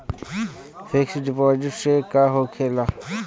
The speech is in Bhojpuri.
फिक्स डिपाँजिट से का होखे ला?